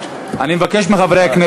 הוגשו 20 חתימות.